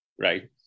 right